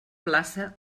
plaça